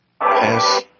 pass